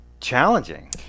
Challenging